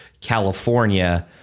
california